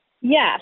Yes